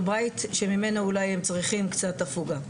בית שממנו אולי הם צריכים קצת הפוגה.